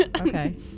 okay